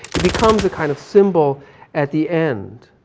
it becomes a kind of symbol at the end.